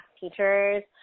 teachers